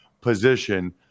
position